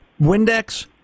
Windex